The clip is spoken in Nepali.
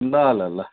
ल ल ल